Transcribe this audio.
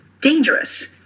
dangerous